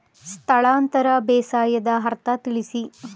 ಸ್ಥಳಾಂತರ ಬೇಸಾಯದ ಅರ್ಥ ತಿಳಿಸಿ?